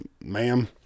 ma'am